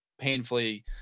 painfully